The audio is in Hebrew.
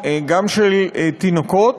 גם של תינוקות